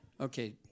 Okay